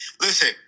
Listen